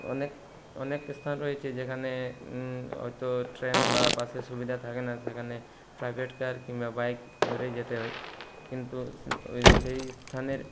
অনেক অনেক স্থান রয়েছে যেখানে অটো ট্রেন বা বাসের সুবিধা থাকে না সেখানে প্রাইভেট কার কিংবা বাইক ধরেই যেতে হয় কিন্তু সেই স্থানের